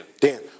Dan